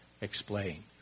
explain